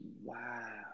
Wow